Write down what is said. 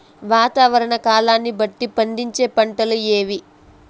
వాతావరణ కాలాన్ని బట్టి పండించే పంటలు ఏవి?